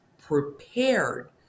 prepared